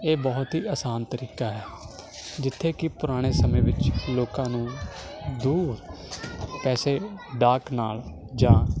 ਇਹ ਬਹੁਤ ਹੀ ਆਸਾਨ ਤਰੀਕਾ ਹੈ ਜਿੱਥੇ ਕਿ ਪੁਰਾਣੇ ਸਮੇਂ ਵਿੱਚ ਲੋਕਾਂ ਨੂੰ ਦੂਰ ਪੈਸੇ ਡਾਕ ਨਾਲ ਜਾਂ